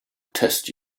test